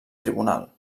tribunal